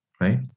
right